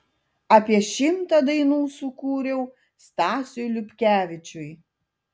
apie šimtą dainų sukūriau stasiui liupkevičiui